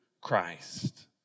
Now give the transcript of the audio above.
Christ